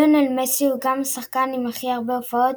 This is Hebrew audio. ליונל מסי הוא גם השחקן עם הכי הרבה הופעות,